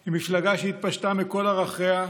עם מפלגה שהתפשטה מכל ערכיה,